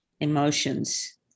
emotions